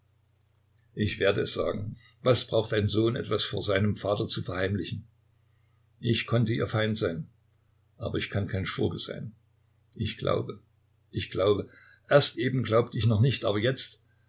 ich werde es sagen was braucht ein sohn etwas vor seinem vater zu verheimlichen ich konnte ihr feind sein aber ich kann kein schurke sein ich glaube ich glaube erst eben glaubte ich noch nicht aber jetzt